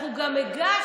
אנחנו גם הגשנו.